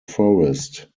forest